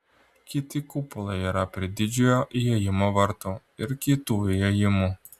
kiti kupolai yra prie didžiojo įėjimo vartų ir kitų įėjimų